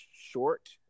short